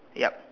yup